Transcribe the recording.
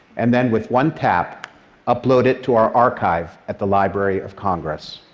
and then with one tap upload it to our archive at the library of congress.